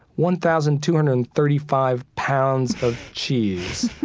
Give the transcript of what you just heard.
one thousand two hundred and thirty five pounds of cheese,